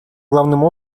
главным